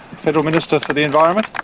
federal minister for the environment.